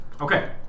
Okay